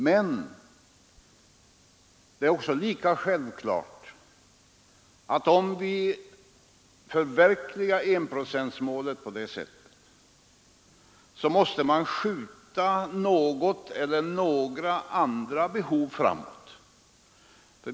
Men det är lika självklart att om vi förverkligar enprocentsmålet på det sättet måste vi skjuta något eller några andra behov framåt.